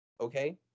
okay